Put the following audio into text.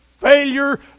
failure